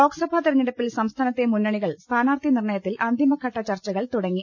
ലോക്സഭാ തെരഞ്ഞെടുപ്പിൽ സംസ്ഥാനത്തെ മുന്നണികൾ സ്ഥാനാർഥി നിർണയ്ത്തിൽ അന്തിമഘട്ട ചർച്ചകൾ തുടങ്ങി